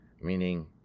meaning